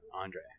Andre